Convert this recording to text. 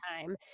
time